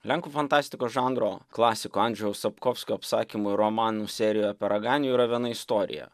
lenkų fantastikos žanro klasiko andžejaus sapkovskio apsakymų ir romanų serijoje apie raganių yra viena istorija